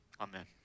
Amen